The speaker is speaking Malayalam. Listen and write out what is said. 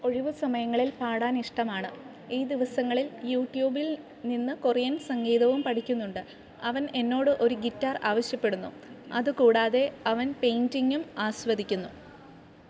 ഒഴിവു സമയങ്ങളിൽ പാടാൻ ഇഷ്ടമാണ് ഈ ദിവസങ്ങളിൽ യൂട്യൂബിൽ നിന്ന് കൊറിയൻ സംഗീതവും പഠിക്കുന്നുണ്ട് അവൻ എന്നോട് ഒരു ഗിറ്റാർ ആവശ്യപ്പെടുന്നു അതുകൂടാതെ അവൻ പെയിന്റിങ്ങും ആസ്വദിക്കുന്നു